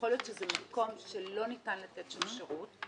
ויכול להיות שזה מקום שלא ניתן לתת שם שירות.